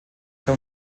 que